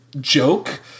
joke